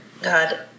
God